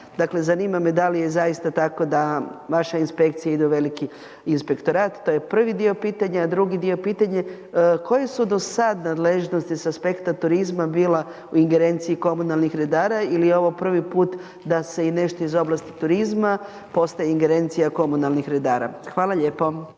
Dakle zanima me da li je zaista tako da vaša inspekcija ide u veliki inspektorat? To je prvi dio pitanja. Drugi dio pitanja, koje su do sada nadležnosti s aspekta turizma bila u ingerenciji komunalnih redara ili je ovo prvi put da se i nešto iz oblasti turizma postaje ingerencija komunalnih redara? Hvala lijepo.